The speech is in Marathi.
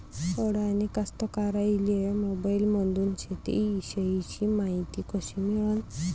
अडानी कास्तकाराइले मोबाईलमंदून शेती इषयीची मायती कशी मिळन?